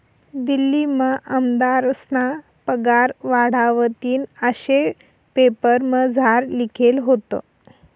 दिल्लीमा आमदारस्ना पगार वाढावतीन आशे पेपरमझार लिखेल व्हतं